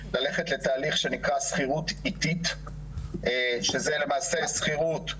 ללכת לתהליך שנקרא שכירות איטית שזה למעשה שכירות,